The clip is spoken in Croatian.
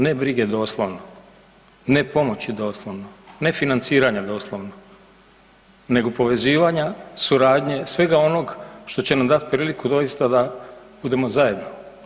Ne brige doslovno, ne pomoći doslovno, ne financiranja doslovno nego povezivanja, suradnje, svega onog što će nam dati priliku doista da budemo zajedno.